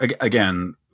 again